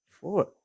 Four